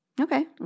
Okay